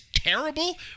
Terrible